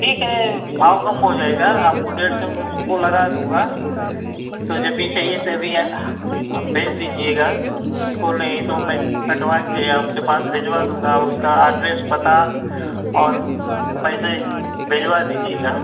ठीक है भाव कम हो जाएगा आपको डेढ़ सौ में को लगा दूँगा तो जभी चाहिए तभी आप भेज दीजिएगा किसी को नहीं तो मैं कटवाकर आपके पास भिजवा दूँगा उसका अड्रेस पता और पैसे भिजवा दीजिएगा